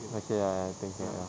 okay ya I think correct ah